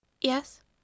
Yes